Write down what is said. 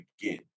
begin